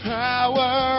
power